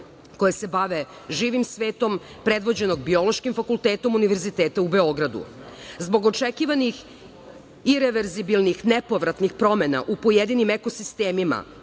koje se bave živim svetom, predvođenog Biološkim fakultetom univerziteta u Beogradu. Zbog očekivanih ireverzibilnih nepovratnih promena u pojedinim eko sistemima,